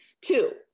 Two